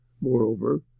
moreover